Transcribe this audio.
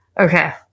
Okay